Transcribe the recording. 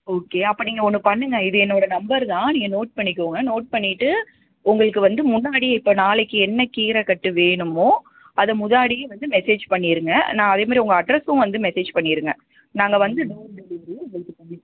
okay அப்போ நீங்கள் ஒன்று பண்ணுங்கள் இது என்னோடய நம்பர்தான் நீங்கள் நோட் பண்ணிக்கோங்கள் நோட் பண்ணிவிட்டு உங்களுக்கு வந்து முன்னாடியே இப்போ நாளைக்கு என்ன கீரைக்கட்டு வேணுமோஅத முன்னாடியே வந்து மெஸேஜ் பண்ணிடுங்க நான் அதேமாதிரி உங்கள் அட்ரஸும் வந்து மெஸேஜ் பண்ணிடுங்க நாங்கள் வந்து டோர் டெலிவரியே உங்களுக்கு பண்ணிக்கொடுப்போம்